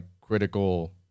critical